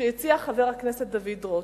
שהציע חבר הכנסת דוד רותם.